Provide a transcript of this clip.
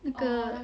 那个